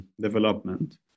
development